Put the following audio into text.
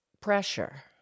pressure